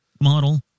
model